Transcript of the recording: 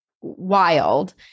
wild